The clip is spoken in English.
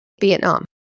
Vietnam